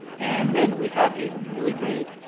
and then we have a really great,